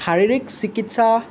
শাৰিৰীক চিকিৎসা